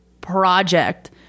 project